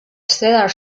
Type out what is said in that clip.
cedar